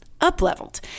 up-leveled